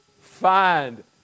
Find